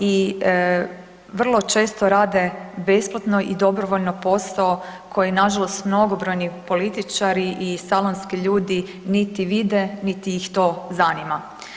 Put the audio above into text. I vrlo često rade besplatno i dobrovoljno posao koji nažalost mnogobrojni političari i salonski ljudi niti vide niti ih to zanima.